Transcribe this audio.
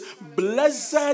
blessed